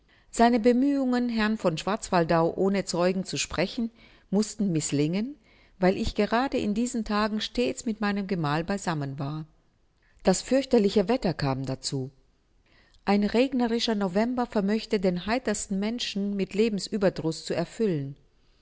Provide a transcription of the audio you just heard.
seine bemühungen herrn von schwarzwaldau ohne zeugen zu sprechen mußten mißlingen weil ich gerade in diesen tagen stets mit meinem gemal beisammen war das fürchterliche wetter kam dazu ein regnerischer november vermöchte den heitersten menschen mit lebensüberdruß zu erfüllen